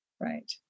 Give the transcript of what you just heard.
Right